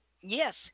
Yes